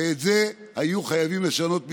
ואת זה היו חייבים לשנות מזמן.